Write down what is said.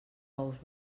ous